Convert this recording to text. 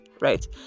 right